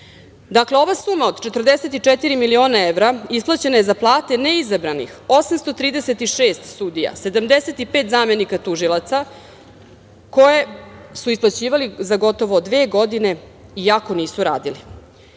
način. Dakle, ova suma od 44 miliona evra isplaćena je za plate neizabranih 836 sudija, 75 zamenika tužilaca, koje su isplaćivali za gotovo dve godine, iako nisu radili.